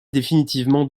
définitivement